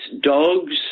dogs